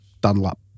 Dunlop